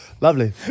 Lovely